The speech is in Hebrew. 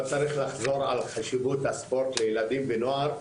לא צריך לחזור על חשיבות הספורט לילדים ונוער,